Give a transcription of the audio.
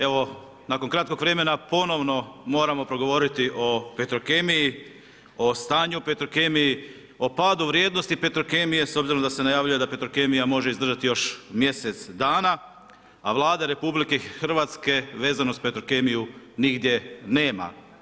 Evo nakon kratkog vremena ponovno moramo progovoriti o Petrokemiji, o stanju u Petrokemiji, o padu vrijednosti Petrokemije s obzirom da se najavljuje da Petrokemija može izdržati još mjesec dana, a Vlada RH vezano uz Petrokemiju nigdje nama.